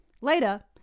Later